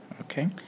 Okay